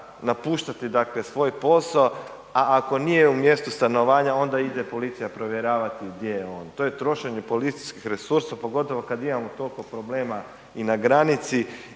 napuštati svoj posao a ako nije u mjestu stanovanja onda ide policija provjeravati gdje je on. To je trošenje policijskih resursa, pogotovo kad imamo toliko problema i na granici